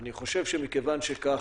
אני חושב שמכיון שכך,